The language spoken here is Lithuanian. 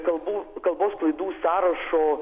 kalbų kalbos klaidų sąrašo